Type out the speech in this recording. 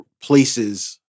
places